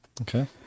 Okay